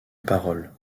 parole